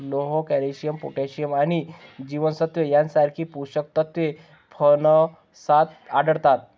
लोह, calcium, potassium आणि जीवनसत्त्वे यांसारखी पोषक तत्वे फणसात आढळतात